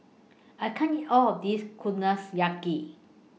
I can't eat All of This